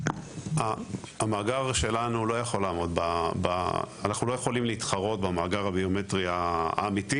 אנחנו לא יכולים להתחרות במאגר הביומטרי האמיתי.